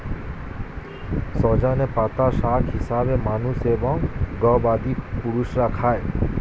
সজনে পাতা শাক হিসেবে মানুষ এবং গবাদি পশুরা খায়